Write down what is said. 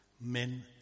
Men